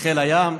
לחיל הים,